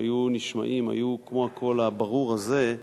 שהיו נשמעים היו כמו הקול הברור הזה,